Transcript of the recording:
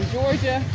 Georgia